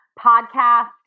podcast